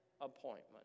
appointment